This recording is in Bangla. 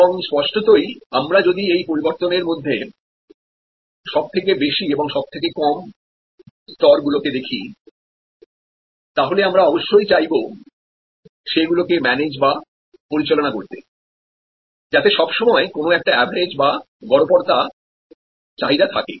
এবং স্পষ্টতই আমরা যদি এই পরিবর্তনের মধ্যে সবথেকে বেশি এবং সবথেকে কম স্তর গুলোকে দেখি তাহলে আমরা অবশ্যই চাইবো সে গুলোকে ম্যানেজকরতে যাতে সব সময় কোন একটা অ্যাভারেজ চাহিদা থাকে